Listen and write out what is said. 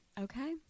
Okay